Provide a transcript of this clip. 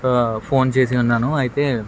phone చేసి ఉన్నాను అయితే